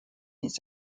his